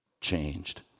changed